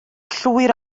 llwyr